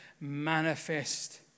manifest